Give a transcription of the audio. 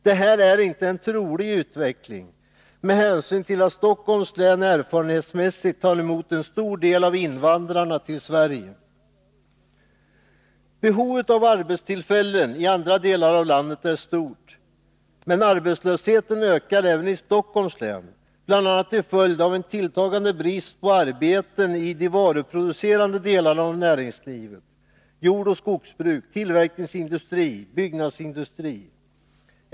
Detta är inte en trolig utveckling, med hänsyn till att Stockholms län erfarenhetsmässigt tar emot en stor del av dem som invandrar till Sverige. Behovet av arbetstillfällen i andra delar av landet är stort. Men arbetslösheten ökar även i Stockholms län, bl.a. till följd av en tilltagande brist på arbete i de varuproducerande delarna av näringslivet: jordoch skogsbruk, tillverkningsindustri, byggnadsindustri.